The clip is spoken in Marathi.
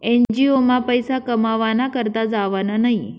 एन.जी.ओ मा पैसा कमावाना करता जावानं न्हयी